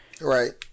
Right